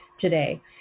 today